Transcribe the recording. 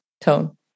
tone